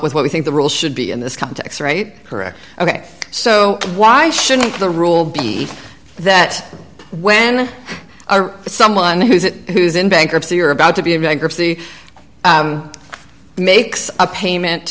with what we think the rule should be in this context right correct ok so why shouldn't the rule be that when someone who's it who's in bankruptcy or about to be a bankruptcy makes a payment